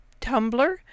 Tumblr